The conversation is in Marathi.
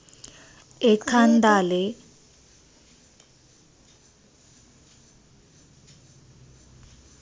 एखांदाले एन.ई.एफ.टी करीन पैसा धाडना झायेत ते त्यानं नाव, खातानानंबर, बँकना आय.एफ.सी कोड ठावूक जोयजे